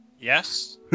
yes